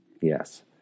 Yes